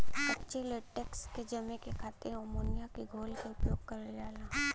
कच्चे लेटेक्स के जमे क खातिर अमोनिया क घोल क उपयोग करल जाला